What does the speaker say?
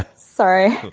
sorry